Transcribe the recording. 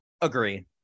agree